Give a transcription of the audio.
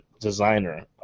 designer